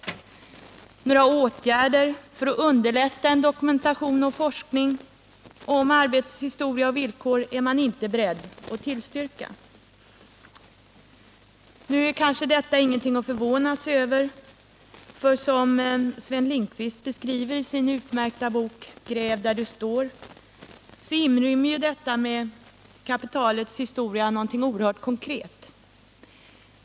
Några åtgärder för att underlätta en dokumentation av och forskning om arbetets historia och villkor är man inte beredd att tillstyrka. Nu är kanske detta ingenting att förvåna sig över, för som Sven Lindqvist beskriver i sin utmärkta bok Gräv där du står, så inrymmer ju detta med kapitalets historia någonting oerhört konkret.